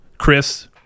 Chris